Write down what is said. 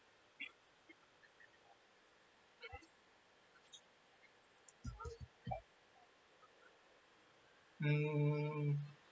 hmm